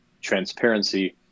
transparency